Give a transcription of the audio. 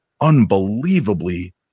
unbelievably